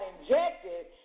injected